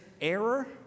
error